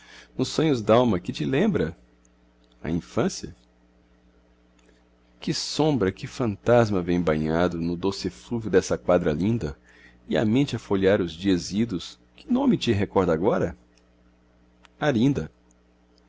nos sonhos dalma que te lembra a infância que sombra que fantasma vem banhado no doce eflúvio dessa quadra linda e a mente a folhear os dias idos que nome te recorda agora arinda